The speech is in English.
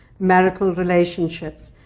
marital relationships,